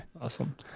Awesome